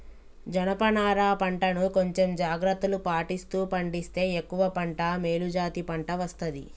జనప నారా పంట ను కొంచెం జాగ్రత్తలు పాటిస్తూ పండిస్తే ఎక్కువ పంట మేలు జాతి పంట వస్తది